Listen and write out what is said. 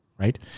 right